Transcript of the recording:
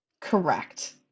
Correct